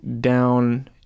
down